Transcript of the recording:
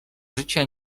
życia